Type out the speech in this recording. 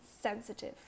sensitive